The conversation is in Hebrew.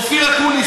אופיר אקוניס,